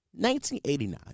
1989